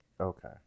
Okay